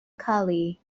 cali